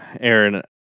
Aaron